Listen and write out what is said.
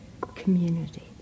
community